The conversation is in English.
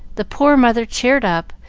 the poor mother cheered up,